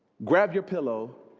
grab your pillow